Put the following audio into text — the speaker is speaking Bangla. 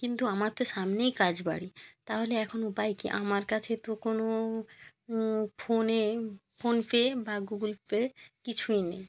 কিন্তু আমার তো সামনেই কাজ বাড়ি তাহলে এখন উপায় কী আমার কাছে তো কোনো ফোনে ফোনপে বা গুগুল পে কিছুই নেই